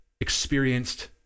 experienced